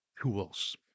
tools